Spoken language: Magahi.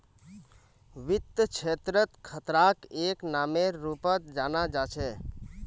वित्त क्षेत्रत खतराक एक नामेर रूपत जाना जा छे